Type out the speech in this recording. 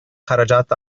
каражат